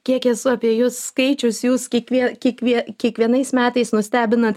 kiek esu apie jus skaičius jūs kiekvie kiekvie kiekvienais metais nustebinat